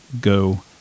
Go